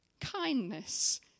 kindness